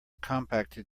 compacted